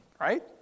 right